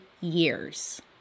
years